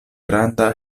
granda